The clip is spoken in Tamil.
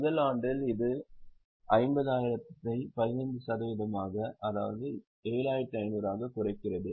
முதல் ஆண்டில் இது 50000 ஐ 15 சதவீதமாக 7500 ஆகக் குறைக்கிறது